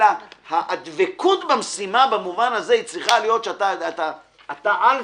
אלא דבקות במשימה במובן הזה צריכה להיות שאתה על זה,